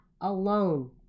alone